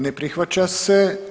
Ne prihvaća se.